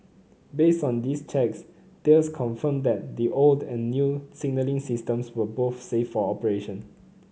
based on these checks Thales confirmed that the old and new signalling systems were both safe for operation